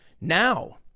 Now